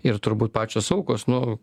ir turbūt pačios aukos nu